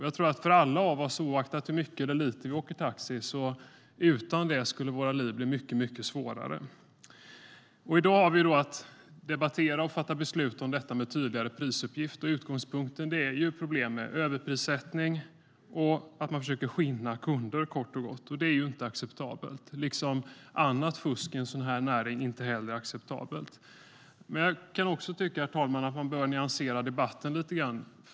Jag tror att för alla oss, oavsett hur mycket eller lite vi åker taxi, skulle våra liv utan taxi bli mycket svårare. I dag har vi att debattera och fatta beslut i frågan om tydligare prisuppgifter. Utgångspunkten är problem med överprissättning och att man försöker skinna kunder. Det är inte acceptabelt, liksom annat fusk i näringen inte heller är acceptabelt. Men, herr talman, jag anser att man bör nyansera debatten lite grann.